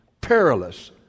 perilous